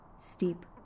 steep